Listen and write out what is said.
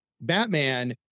Batman